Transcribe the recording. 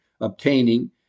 obtaining